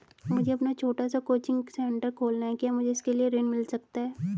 मुझे अपना छोटा सा कोचिंग सेंटर खोलना है क्या मुझे उसके लिए ऋण मिल सकता है?